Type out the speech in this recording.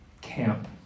camp